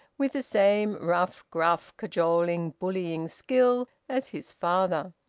with the same rough, gruff, cajoling, bullying skill as his father.